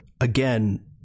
Again